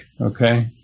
okay